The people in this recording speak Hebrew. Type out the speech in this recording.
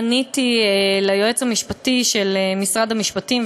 פניתי ליועץ המשפטי של משרד המשפטים,